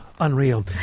Unreal